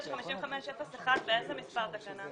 79-55-01, איזה מספר תקנה?